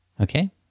Okay